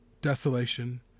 desolation